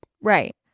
Right